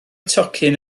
tocyn